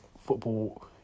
Football